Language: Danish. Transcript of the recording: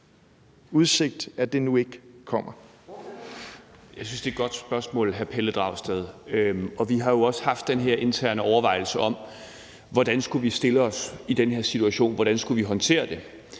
udsigt, nu ikke kommer?